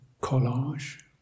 collage